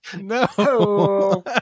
no